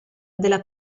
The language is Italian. della